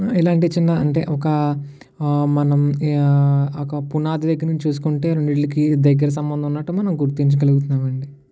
ఇలాంటి చిన్న అంటే ఒక మనం ఒక పునాది దగ్గర నుంచి చూసుకుంటే రెండీటికి దగ్గర సంబంధం ఉన్నట్టు మనం గుర్తించగలుగుతున్నాము అండి